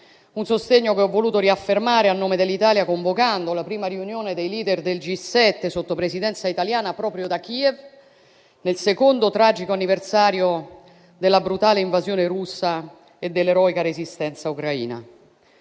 un sostegno che ho voluto riaffermare a nome dell'Italia convocando la prima riunione dei *leader* del G7 sotto Presidenza italiana proprio da Kiev nel secondo tragico anniversario della brutale invasione russa e dell'eroica resistenza ucraina.